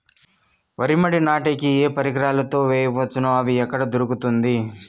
వరి మడి నాటే కి ఏ పరికరాలు తో వేయవచ్చును అవి ఎక్కడ దొరుకుతుంది?